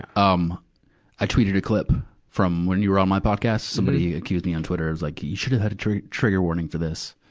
um i tweeted a clip from when you were on my podcast. somebody accused me on twitter, was like, you should have had trigger trigger warning for this.